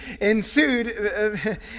ensued